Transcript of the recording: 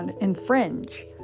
infringe